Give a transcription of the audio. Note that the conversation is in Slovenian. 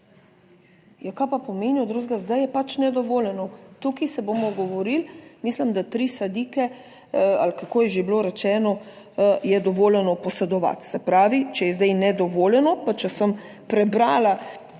kaj pa pomenijo drugega? Zdaj je nedovoljeno, tukaj se bomo govorili, mislim, da tri sadike ali kako je že bilo rečeno, je dovoljeno posedovati. Se pravi, če je zdaj nedovoljeno, pa če sem prebrala